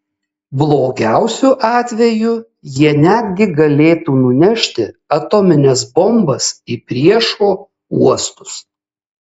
blogiausiu atveju jie netgi galėtų nunešti atomines bombas į priešo uostus